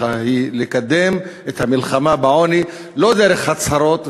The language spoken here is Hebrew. היא לקדם את המלחמה בעוני לא דרך הצהרות,